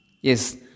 Yes